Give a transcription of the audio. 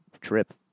trip